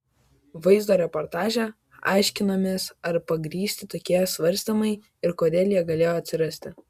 vaizdo reportaže aiškinamės ar pagrįsti tokie svarstymai ir kodėl jie galėjo atsirasti